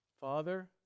Father